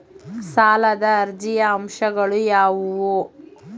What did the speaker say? ಸಾಲದ ಅರ್ಜಿಯ ಅಂಶಗಳು ಯಾವುವು?